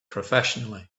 professionally